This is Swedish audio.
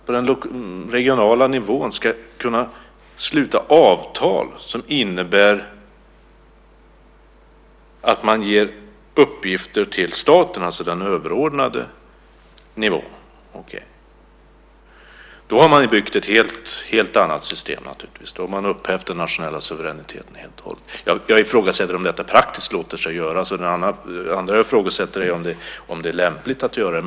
På den regionala nivån ska man alltså kunna sluta avtal som innebär att man ger uppgifter till staten, alltså till den överordnade nivån. Då har man naturligtvis byggt ett helt annat system. Då har man upphävt den nationella suveräniteten helt och hållet. Jag ifrågasätter om detta praktiskt låter sig göras. Det andra jag ifrågasätter är om det är lämpligt att göra det.